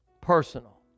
Personal